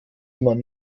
man